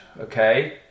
Okay